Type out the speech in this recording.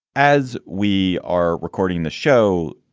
as we are recording the show,